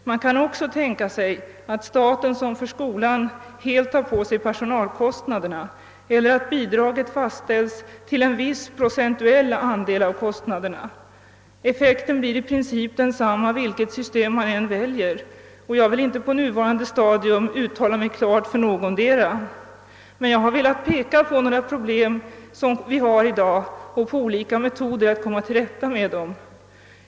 Man kan också tänka sig att staten, liksom fallet är inom skolområdet, helt tar på sig personalkostnaderna eller att bidraget fastställs till en viss procentuell andel av kostnaderna. Effekten blir i princip densamma vilket system man än väljer, och jag vill inte på nuvarande stadium binda mig vid någotdera. Jag har dock velat peka på några problem, som vi har i dag, och på olika metoder att komma till rätta med dem.